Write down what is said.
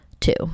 two